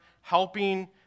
helping